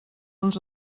uns